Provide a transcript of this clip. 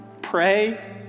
pray